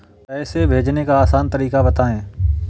पैसे भेजने का आसान तरीका बताए?